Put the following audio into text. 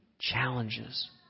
challenges